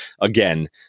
Again